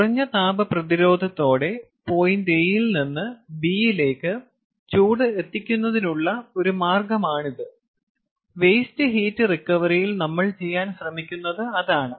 കുറഞ്ഞ താപ പ്രതിരോധത്തോടെ പോയിന്റ് A യിൽ നിന്ന് B യിലേക്ക് ചൂട് എത്തിക്കുന്നതിനുള്ള ഒരു മാർഗമാണിത് വേസ്റ്റ് ഹീറ്റ് റിക്കവറിയിൽ നമ്മൾ ചെയ്യാൻ ശ്രമിക്കുന്നത് അതാണ്